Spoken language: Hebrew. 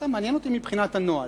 וזה מעניין אותי מבחינת הנוהל,